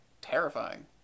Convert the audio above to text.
terrifying